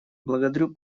благодарю